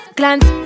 glance